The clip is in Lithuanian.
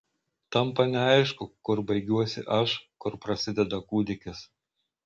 tampa neaišku kur baigiuosi aš kur prasideda kūdikis